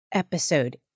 Episode